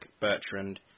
Bertrand